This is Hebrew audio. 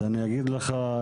אז אני אגיד לך.